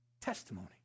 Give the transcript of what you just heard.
Testimony